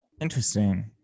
interesting